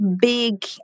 big